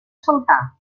saltar